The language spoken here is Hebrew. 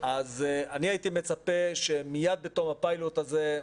אז אני הייתי מצפה שמייד בתום הפיילוט הזה,